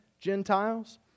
Gentiles